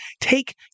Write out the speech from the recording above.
take